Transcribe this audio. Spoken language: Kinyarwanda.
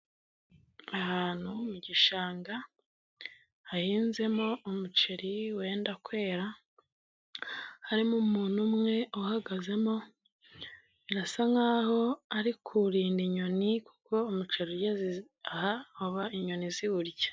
Ahantu mu gishanga hahinzemo umuceri wenda kwera, harimo umuntu umwe uhagazemo birasa nkaho ari kuwurinda inyoni kuko umuceri ugeze aha inyoni ziwurya.